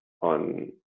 on